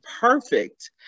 perfect